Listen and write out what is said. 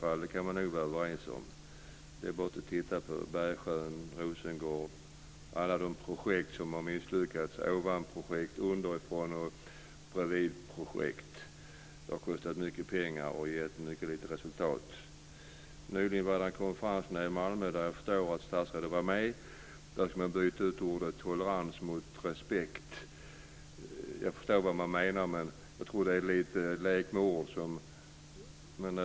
Det kan vi nog vara överens om. Det är bara att titta på Bergsjön, Rosengård och alla projekt som har misslyckats - ovanprojekt, underifrån och bredvidprojekt. De har kostat mycket pengar och har gett lite resultat. Det har varit en konferens i Malmö där jag förstår att statsrådet har varit med. Där skulle man byta ut ordet tolerans mot respekt. Jag förstår vad man menar, men jag tror att det är en lek med ord.